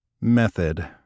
method